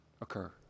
occur